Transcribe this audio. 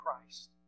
Christ